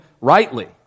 rightly